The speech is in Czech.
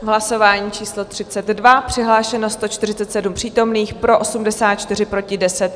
V hlasování číslo 32 přihlášeno 147 přítomných, pro 84, proti 10.